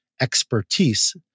expertise